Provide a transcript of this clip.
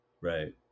Right